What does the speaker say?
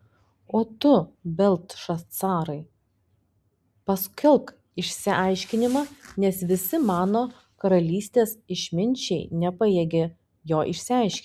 o tu beltšacarai paskelbk išaiškinimą nes visi mano karalystės išminčiai nepajėgia jo išaiškinti